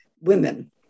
women